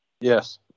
Yes